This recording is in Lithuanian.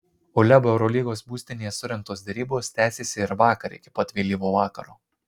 uleb eurolygos būstinėje surengtos derybos tęsėsi ir vakar iki pat vėlyvo vakaro